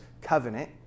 covenant